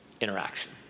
interaction